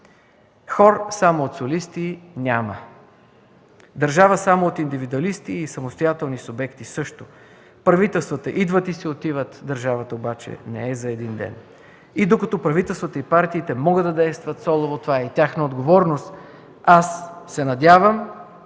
Хор само от солисти няма. Държава само от индивидуалисти и самостоятелни субекти – също. Правителствата идват и си отиват, държавата обаче не е само за един ден. И докато правителствата и партиите могат да действат солово – това е и тяхна отговорност, аз се надявам,